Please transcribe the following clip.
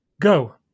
Go